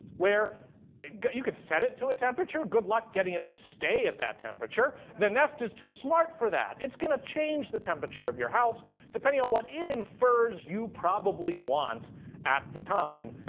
where you could set it to a temperature. good luck getting it to stay at that temperature. the nest is too smart for that. it's going to change the temperature of your house depending on what it infers you probably want at the time,